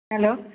hello